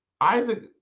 Isaac